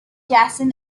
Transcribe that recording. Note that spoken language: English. jason